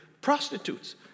prostitutes